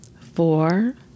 four